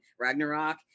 Ragnarok